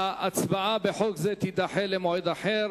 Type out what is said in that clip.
ההצבעה בחוק זה תידחה למועד אחר.